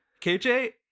KJ